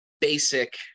basic